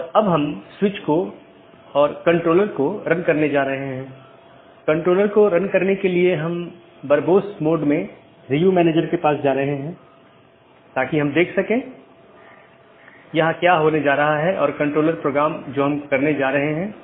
इसलिए आप देखते हैं कि एक BGP राउटर या सहकर्मी डिवाइस के साथ कनेक्शन होता है यह अधिसूचित किया जाता है और फिर कनेक्शन बंद कर दिया जाता है और अंत में सभी संसाधन छोड़ दिए जाते हैं